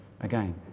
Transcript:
again